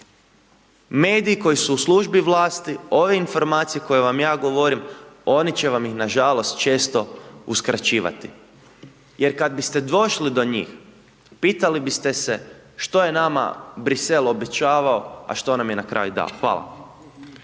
mediji koji su u službi vlasti ove informacije koje vam ja govorim oni će vam ih nažalost često uskraćivati. Jer kada biste došli do njih, pitali biste se što je nama Brisel obećavao a što nam je na kraju dao. Hvala.